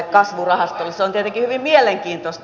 se on tietenkin hyvin mielenkiintoista